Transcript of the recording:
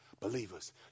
Believers